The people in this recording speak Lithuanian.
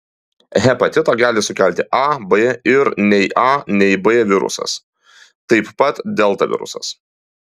hepatitą gali sukelti a b ir nei a nei b virusas taip pat delta virusas